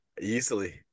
Easily